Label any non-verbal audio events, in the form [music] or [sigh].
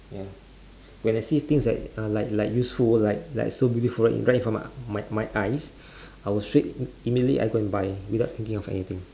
ya when I see things like uh like like useful like like so beautiful right right in front of my my eyes [breath] I will straight immediately I go and buy without thinking of anything